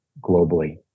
globally